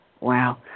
Wow